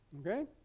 Okay